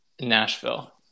Nashville